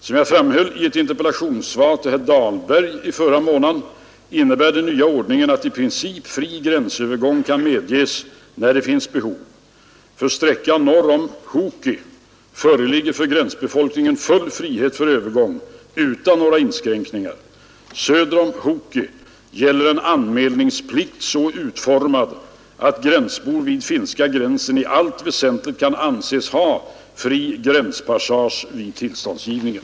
Som jag framhöll i ett interpellationssvar till herr Dahlberg i förra månaden innebär den nya ordningen att i princip fri gränsövergång kan medges där det finns behov. För sträckan norr om Huuki föreligger för gränsbefolkningen full frihet för övergång utan några inskränkningar. Söder om Huuki gäller en anmälningsplikt så utformad att gränsbor vid finska gränsen i allt väsentligt kan anses ha fri gränspassage vid tillståndsgivningen.